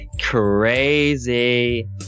Crazy